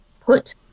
put